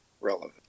relevant